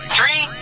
Three